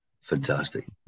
fantastic